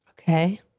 Okay